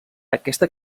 aquesta